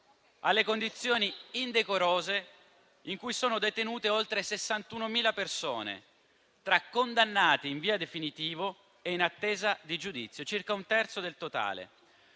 alle condizioni indecorose in cui sono detenute oltre 61.000 persone tra condannati in via definitiva e in attesa di giudizio, circa un terzo del totale.